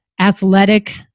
athletic